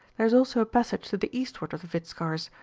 there is also a passage to the eastward of the vit skars,